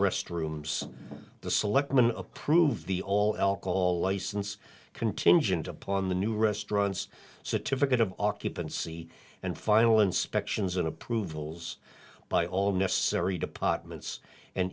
restrooms the selectmen approved the all alcohol license contingent upon the new restaurants certificate of occupancy and final inspections an approvals by all necessary departments and